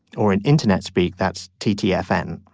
or an internet speak that's tgif and and